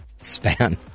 span